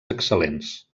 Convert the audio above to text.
excel·lents